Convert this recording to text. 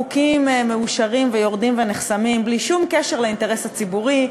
חוקים מאושרים ויורדים ונחסמים בלי שום קשר לאינטרס ציבורי,